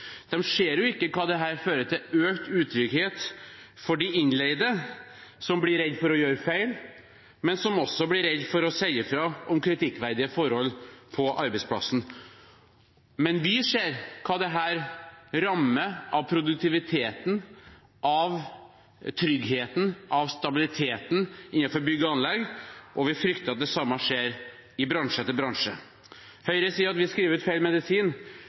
ser ikke hva det fører til av økt utrygghet for de innleide, som blir redde for å gjøre feil, og som også blir redde for å si fra om kritikkverdige forhold på arbeidsplassen. Men vi ser hva dette rammer av produktiviteten, tryggheten og stabiliteten innenfor bygg og anlegg, og vi frykter at det samme skjer i bransje etter bransje. Høyre sier at vi skriver ut feil medisin.